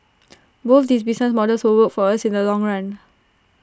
both these business models will work for us in the long run